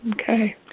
Okay